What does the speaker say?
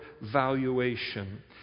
valuation